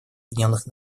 объединенных